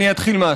אני אתחיל מהסוף.